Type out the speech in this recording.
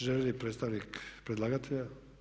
Želi li predstavnik predlagatelja?